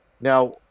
Now